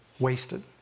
wasted